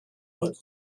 but